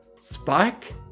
Spike